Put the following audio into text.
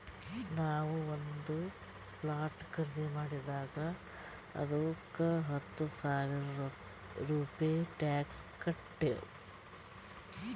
ನಾವು ಒಂದ್ ಪ್ಲಾಟ್ ಖರ್ದಿ ಮಾಡಿದಾಗ್ ಅದ್ದುಕ ಹತ್ತ ಸಾವಿರ ರೂಪೆ ಟ್ಯಾಕ್ಸ್ ಕಟ್ಟಿವ್